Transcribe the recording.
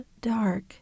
dark